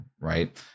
right